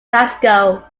glasgow